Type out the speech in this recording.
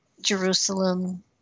Jerusalem